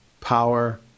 power